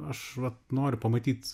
aš vat noriu pamatyt